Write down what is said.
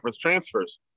transfers